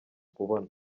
kubona